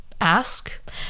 ask